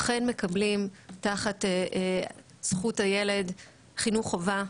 אכן מקבלים תחת זכות הילד חינוך חובה,